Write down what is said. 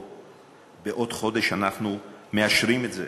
בעוד חודש אנחנו מאשרים את זה,